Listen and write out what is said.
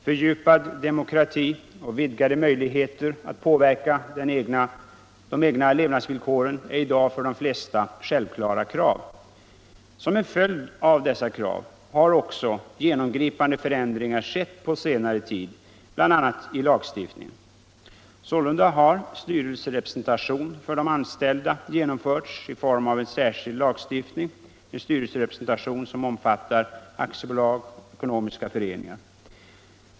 Fördjupad demokrati och vidgade möjligheter att påverka de egna levnadsvillkoren är i dag för de flesta självklara krav. Som en följd av dessa krav har också genomgripande förändringar I skett på senare tid, bl.a. i lagstiftningen. Sålunda har styrelserepresentation för de anställda genomförts i form av särskild lagstiftning — en styrelserepresentation som bl.a. omfattar aktiebolag och ekonomiska föreningar.